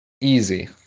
easy